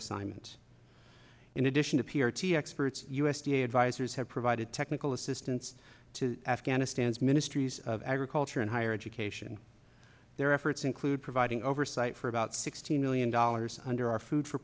assignment in addition to p r t experts u s d a advisers have provided technical assistance to afghanistan's ministries of agriculture and higher education their efforts include providing oversight for about sixteen million dollars under our food for